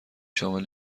شامل